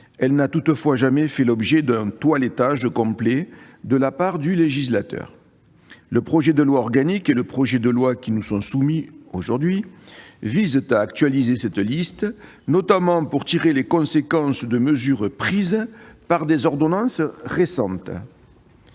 elle n'a toutefois jamais fait l'objet d'un toilettage complet de la part du législateur. Le projet de loi organique et le projet de loi ordinaire qui nous sont soumis aujourd'hui visent à actualiser cette liste, notamment pour tirer les conséquences de mesures prises par des ordonnances récentes.